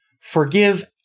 forgive